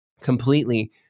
completely